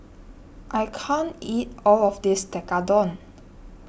I can't eat all of this Tekkadon